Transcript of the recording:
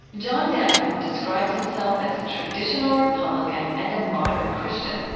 john danforth describes himself as a traditional republican and a moderate christian.